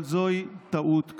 אבל זוהי טעות כפולה.